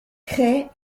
crée